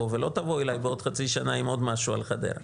ולא תבואו אלי בעוד חצי שנה עם משהו על חדרה,